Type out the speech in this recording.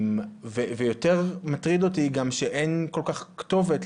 ויותר מטריד אותי גם שאין כל כך כתובת,